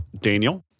Daniel